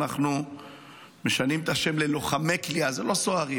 אנחנו משנים את השם ל"לוחמי כליאה"; זה לא סוהרים,